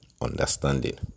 understanding